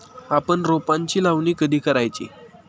आपण रोपांची लावणी कधी करायची?